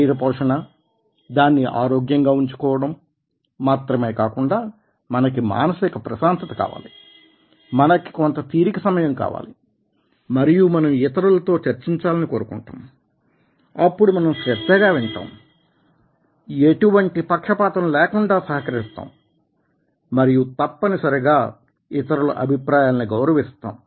శరీర పోషణ దానిని ఆరోగ్యంగా ఉంచుకోవడం మాత్రమే కాకుండా మనకి మానసిక ప్రశాంతత కావాలి మనకి కొంత తీరిక సమయం కావాలి మరియు మనం ఇతరులతో చర్చించాలని కోరుకుంటాం అప్పుడు మనం శ్రద్ధగా వింటాం ఎటువంటి పక్షపాతం లేకుండా సహకరిస్తాం మరియు తప్పనిసరిగా ఇతరుల అభిప్రాయాలని గౌరవిస్తాం